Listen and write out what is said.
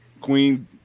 queen